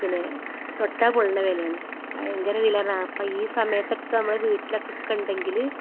പിന്നെ തൊട്ടാൽ പൊള്ളണ വിലയാണ് ഭയങ്കര വിലയെന്ന് അപ്പോൾ ഈ സമയത്തൊക്കെ നമ്മളുടെ വീട്ടിലൊക്കെ ഉണ്ടെങ്കിൽ